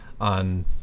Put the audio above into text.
on